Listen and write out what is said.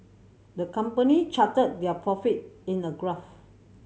the company charted their profit in a graph